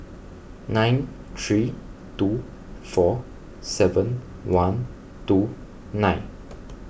nine three two four seven one two nine